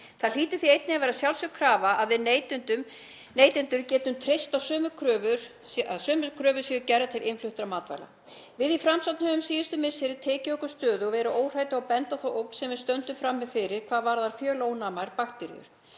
Það hlýtur einnig að vera sjálfsögð krafa að við neytendur getum treyst því að sömu kröfur séu gerðar til innfluttra matvæla. Við í Framsókn höfum síðustu misseri tekið okkur stöðu og verið óhrædd við benda á þá ógn sem við stöndum frammi fyrir hvað varðar fjölónæmar bakteríur.